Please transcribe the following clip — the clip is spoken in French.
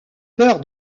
peur